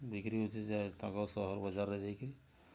ବିକ୍ରୀ ହେଉଛି ତାଙ୍କ ସହର ବଜାରରେ ଯାଇକରି